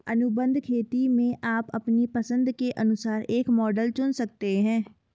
अनुबंध खेती में आप अपनी पसंद के अनुसार एक मॉडल चुन सकते हैं